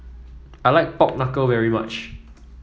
I like Pork Knuckle very much